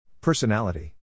Personality